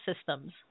systems